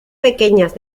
pequeñas